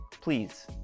Please